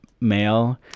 male